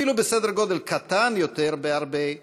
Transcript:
אפילו בסדר גודל קטן רבה יותר,